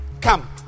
Come